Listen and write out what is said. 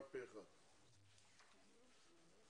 הקמת ועדת משנה לפי סעיף 109 לתקנון הכנסת.